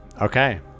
Okay